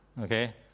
Okay